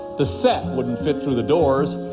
the set wouldn't fit through the doors,